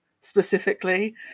specifically